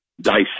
dissect